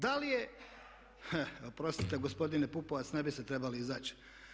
Da li je, oprostite gospodine Pupovac, ne biste trebali izaći.